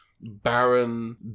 barren